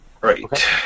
Right